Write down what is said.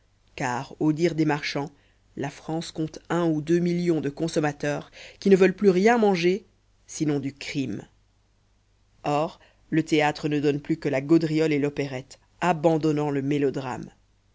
car au dire des marchands la france compte un ou deux millions de consommateurs qui ne veulent plus rien manger sinon du crime or le théâtre ne donne plus que la gaudriole et l'opérette abandonnant le mélodrame